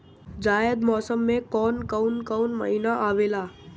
जायद मौसम में कौन कउन कउन महीना आवेला?